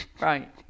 Right